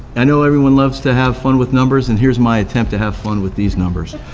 i know everyone loves to have fun with numbers, and here's my attempt to have fun with these numbers.